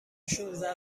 شانزده